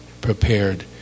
prepared